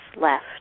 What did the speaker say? Left